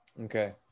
Okay